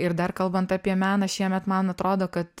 ir dar kalbant apie meną šiemet man atrodo kad